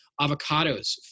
Avocados